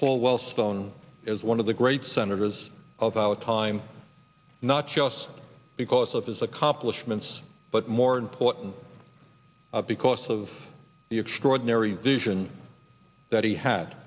paul wellstone as one of the great senators of our time not just because of his accomplishments but more important because of the extraordinary vision that he had